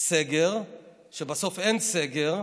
סגר ובסוף אין סגר,